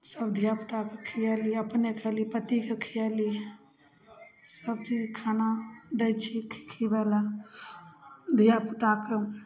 सब धिआपुताके खियेली अपने खेली पतिके खियेली से खाना दै छी खिबे लए धिआपुताके